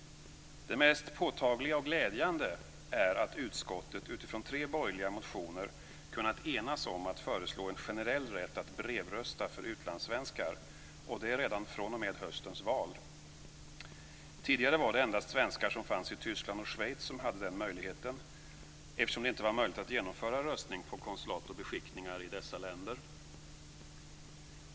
Det mest påtagliga och glädjande är att utskottet utifrån tre borgerliga motioner har kunnat enas om att föreslå en generell rätt att brevrösta för utlandssvenskar, och det ska kunna ske redan fr.o.m. höstens val. Tidigare var det endast svenskar som befann sig i Tyskland och Schweiz som hade den möjligheten eftersom det inte var möjligt att genomföra röstning på konsulat och beskickningar i dessa länder.